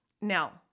Now